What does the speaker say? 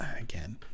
Again